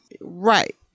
Right